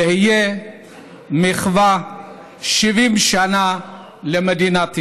זו תהיה מחווה ל-70 שנה למדינת ישראל.